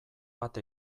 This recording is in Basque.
bat